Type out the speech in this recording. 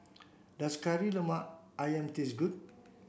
does Kari Lemak Ayam taste good